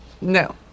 No